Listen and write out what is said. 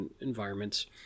environments